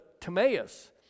Timaeus